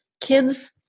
kids